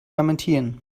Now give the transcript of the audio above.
lamentieren